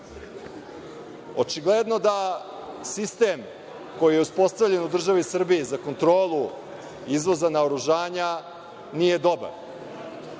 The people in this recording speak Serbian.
Francuska. Očigledno da sistem koji je uspostavljen u Republici Srbiji za kontrolu izvoza naoružanja nije dobar,